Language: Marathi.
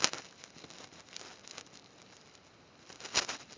मुदत ठेवीचो प्रकार काय असा?